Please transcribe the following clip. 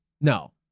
No